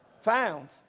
Found